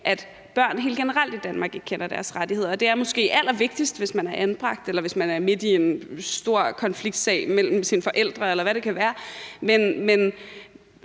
at børn helt generelt i Danmark ikke kender deres rettigheder, og det er måske allervigtigst, hvis man er anbragt, eller hvis man er midt i en stor konflikt med sine forældre, eller hvad det kan være. Men